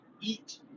eat